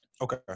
Okay